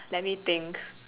let me think